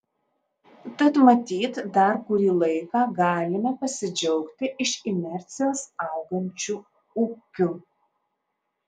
tad matyt dar kurį laiką galime pasidžiaugti iš inercijos augančiu ūkiu